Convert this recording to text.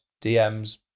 DMs